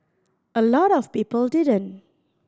a lot of people didn't